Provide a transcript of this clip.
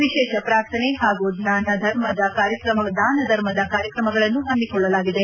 ವಿಶೇಷ ಪ್ರಾರ್ಥನೆ ಹಾಗೂ ದಾನ ಧರ್ಮದ ಕಾರ್ಯಕ್ರಮಗಳನ್ನು ಹಮ್ಮಿಕೊಳ್ಳಲಾಗಿದೆ